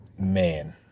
man